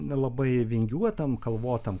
labai vingiuotam kalvotam